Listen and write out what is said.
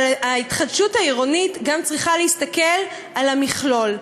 אבל ההתחדשות העירונית גם צריכה להסתכל על המכלול.